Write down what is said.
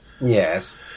yes